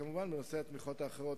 בנושא התמיכות האחרות,